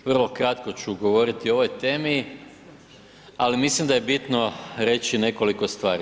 Vrlo kratko ću govoriti o ovoj temi ali mislim da je bitno reći nekoliko stvari.